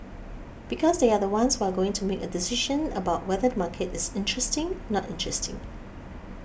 because they are the ones who are going to make a decision about whether the market is interesting not interesting